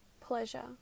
pleasure